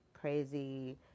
crazy